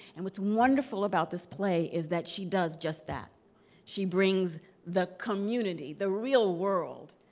and what's wonderful about this play is that she does just that she brings the community, the real world,